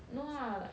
no lah like